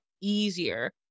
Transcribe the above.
easier